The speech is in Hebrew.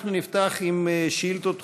אנחנו נפתח עם שאילתות דחופות.